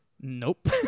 Nope